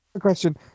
question